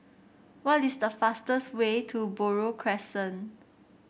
what is the fastest way to Buroh Crescent